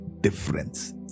difference